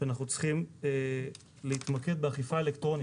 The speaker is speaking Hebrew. שאנחנו צריכים להתמקד באכיפה אלקטרונית,